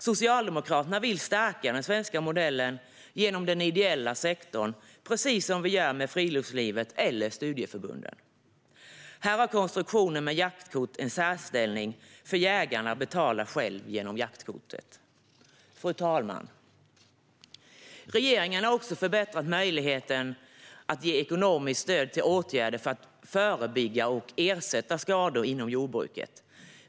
Socialdemokraterna vill stärka den svenska modellen genom den ideella sektorn, precis som vi gör med friluftslivet och studieförbunden. Här har konstruktionen med jaktkort en särställning, för jägarna betalar själva genom jaktkortet. Fru talman! Regeringen har också förbättrat möjligheten att ge ekonomiskt stöd till åtgärder för att förebygga och ersätta skador inom jordbruket.